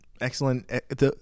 Excellent